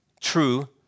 true